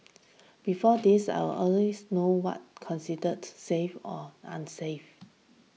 before this I'll always know what considered safe or unsafe